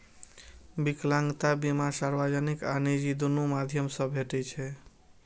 विकलांगता बीमा सार्वजनिक आ निजी, दुनू माध्यम सं भेटै छै